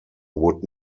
would